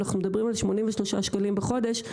אנחנו מדברים על 83 שקלים בחודש,